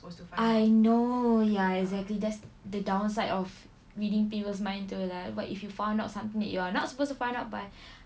I know ya exactly that's the downside of reading people's mind too lah what if you found out something that you are not supposed to find out but